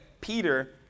Peter